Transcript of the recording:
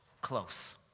close